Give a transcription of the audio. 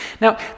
Now